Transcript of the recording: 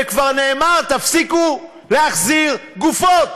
וכבר נאמר: תפסיקו להחזיר גופות,